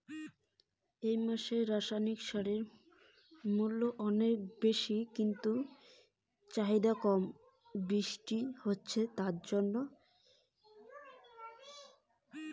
এই মাসে রাসায়নিক সারের মূল্য কত রয়েছে?